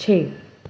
چھ